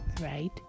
right